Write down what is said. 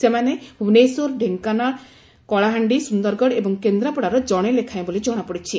ସେମାନେ ଭୁବନେଶ୍ୱର ଡେଙ୍କାନାଳ କଳହାଣ୍ଡି ସୁଦରଗଡ଼ ଏବଂ କେନ୍ଦ୍ରାପଡ଼ାର କଣେ ଲେଖାଏଁ ବୋଲି କଣାପଡ଼ିଛି